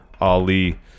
Ali